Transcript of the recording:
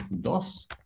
dos